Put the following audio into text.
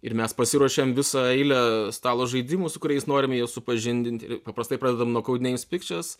ir mes pasiruošėm visą eilę stalo žaidimų su kuriais norime juos supažindinti paprastai pradedam nuo codenames pictures